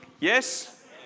Yes